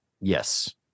Yes